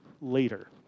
later